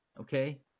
Okay